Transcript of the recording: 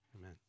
Amen